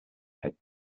had